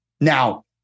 Now